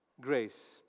Grace